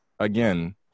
Again